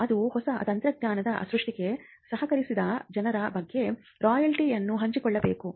ಅದು ಹೊಸ ತಂತ್ರಜ್ಞಾನದ ಸೃಷ್ಟಿಗೆ ಸಹಕರಿಸಿದ ಜನರ ಜೊತೆಗೆ ರಾಯಲ್ಟಿ ಅನ್ನು ಹಂಚಿಕೊಳ್ಳಬೇಕು